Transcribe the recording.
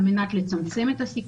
במערכת הבריאות על מנת לצמצם את הסיכון.